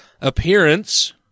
appearance